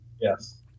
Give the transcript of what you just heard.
Yes